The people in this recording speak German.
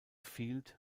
field